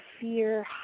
fear